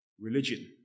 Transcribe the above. religion